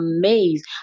amazed